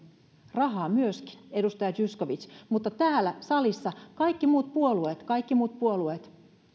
rahaa myöskin edustaja zyskowicz mutta täällä salissa kaikki muut puolueet kaikki muut puolueet